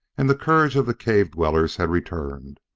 and the courage of the cave-dwellers had returned.